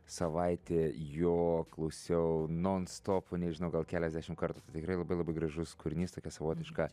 savaitę jo klausiau nonstopu nežinau gal keliasdešimt kartų tai tikrai labai labai gražus kūrinys tokia savotiška